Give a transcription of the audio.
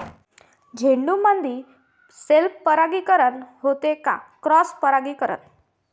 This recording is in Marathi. झेंडूमंदी सेल्फ परागीकरन होते का क्रॉस परागीकरन?